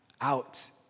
out